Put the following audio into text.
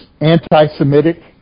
anti-Semitic